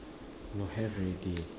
no have already